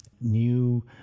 new